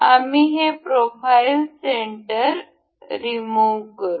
आम्ही हे profile centre remove करू